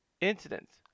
incidents